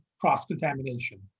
cross-contamination